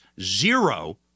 zero